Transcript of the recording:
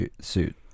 suit